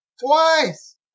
twice